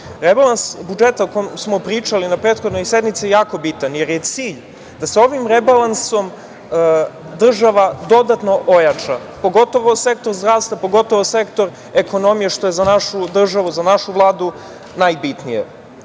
sednici. Rebalans budžeta o kome smo pričali na prethodnoj sednici je jako bitan, jer je cilj da se ovim rebalansom država dodatno ojača, pogotovo sektor zdravstva, pogotovo sektor ekonomije što je za našu državu, za našu Vladu najbitnije. Napomenuću